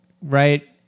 right